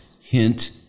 hint